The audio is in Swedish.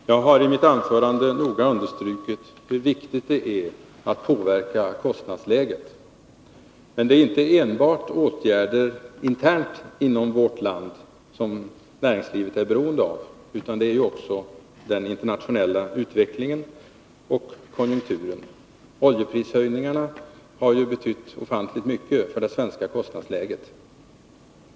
Fru talman! Jag har i mitt anförande noga understrukit hur viktigt det är att påverka kostnadsläget. Men det är inte enbart åtgärder internt inom vårt land som näringslivet är beroende av, utan det är också den internationella utvecklingen och konjunkturen. Oljeprishöjningarna har ju betytt ofantligt mycket för det svenska kostnadsläget.